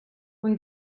when